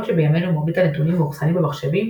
היות שבימינו מרבית הנתונים מאוחסנים במחשבים,